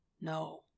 No